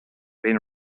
been